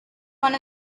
one